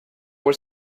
were